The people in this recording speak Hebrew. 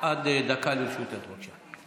עד דקה לרשותך, בבקשה.